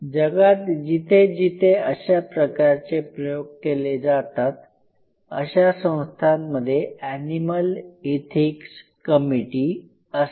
जगात जिथे जिथे अशा प्रकारचे प्रयोग केले जातात अशा संस्थांमध्ये एनिमल इथिक्स कमिटी असते